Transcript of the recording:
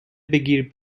بگیر